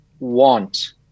want